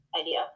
idea